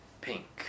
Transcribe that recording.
pink